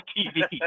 TV